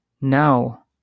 Now